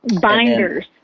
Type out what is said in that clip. Binders